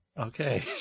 Okay